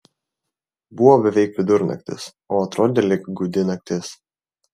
buvo beveik vidurnaktis o atrodė lyg gūdi naktis